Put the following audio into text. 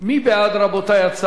מי בעד ההצעה?